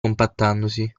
compattandosi